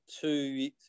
two